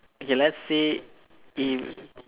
okay let's say if